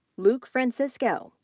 luke francisco,